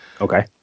Okay